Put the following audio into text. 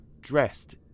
dressed